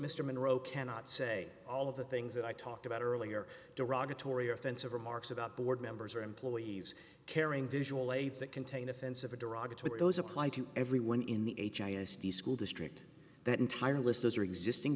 mr monroe cannot say all of the things that i talked about earlier derogatory or offensive remarks about board members or employees carrying visual aids that contain offensive a derogatory those applied to everyone in the h i s d school district that entire list those are existing